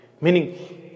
meaning